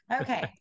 Okay